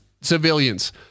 civilians